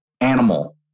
animal